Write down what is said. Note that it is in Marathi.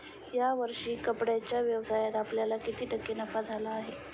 या वर्षी कपड्याच्या व्यवसायात आपल्याला किती टक्के नफा झाला आहे?